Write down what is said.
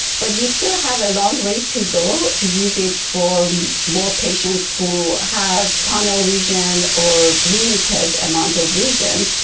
but we still have a long way to go to use it for more patients who have tunnel vision or limited amount of vision,